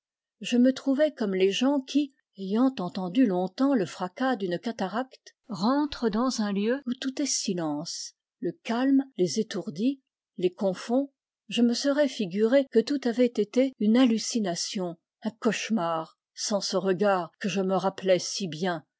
je me trouvais comme les gens qui ayant entendu longtemps le fracas d'une cataracte rentrent dans un lieu où tout est silence le calme les étourdit les confond je me serais figuré que tout avait été une hallucination un cauchemar sans ce regard que je me rappelais si bien